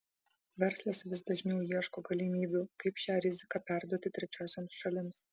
verslas vis dažniau ieško galimybių kaip šią riziką perduoti trečiosioms šalims